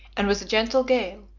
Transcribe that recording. and with a gentle gale,